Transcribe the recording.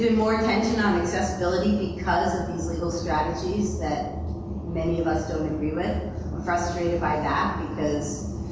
and more attention on accessibility because of these legal strategies that many of us don't agree with. i'm frustrated by that, because,